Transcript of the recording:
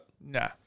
Nah